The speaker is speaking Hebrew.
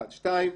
שניים,